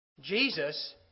Jesus